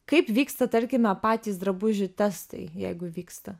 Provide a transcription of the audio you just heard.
kaip vyksta tarkime patys drabužių testai jeigu vyksta